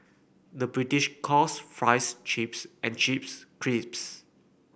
the British calls fries chips and chips crisps